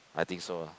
I think so ah